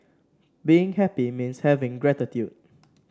being happy means having gratitude